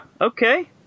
Okay